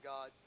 God